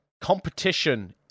competition